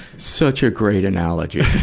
such a great analogy!